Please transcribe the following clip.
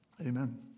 Amen